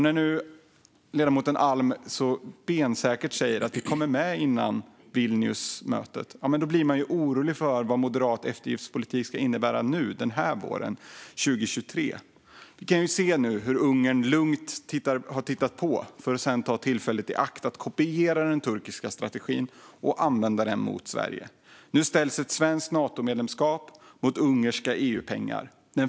När ledamoten Alm nu så bensäkert säger att vi kommer med före Vilniusmötet blir man ju orolig för vad moderat eftergiftspolitik ska innebära våren 2023. Vi kan se hur Ungern lugnt har tittat på för att sedan ta tillfället i akt att kopiera den turkiska strategin och använda den mot Sverige. Nu ställs ett svensk Natomedlemskap mot ungerska EU-pengar.